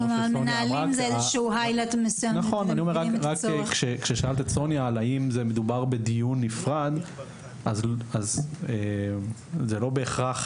כאשר שאלת את סוניה האם מדובר בדיון נפרד אז זה לא בהכרח